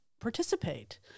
participate